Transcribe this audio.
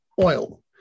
oil